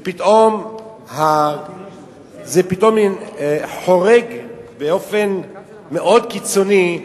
ופתאום זה חורג באופן מאוד קיצוני,